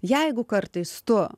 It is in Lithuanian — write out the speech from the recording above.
jeigu kartais tu